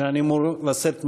שאני אמור לשאת מחר,